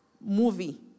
movie